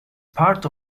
part